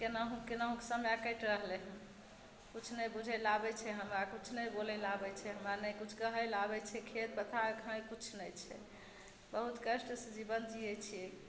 केनाहु केनाहुके समय कटि रहलइ हन किछु नहि बुझैलय आबय छै हमरा किछु नहि बोलैलए आबय छै हमरा नहि किछु कहैलए आबय छै खेत पथार कहीं किछु नहि छै बहुत कष्टसँ जीवन जीयै छियै